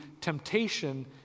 temptation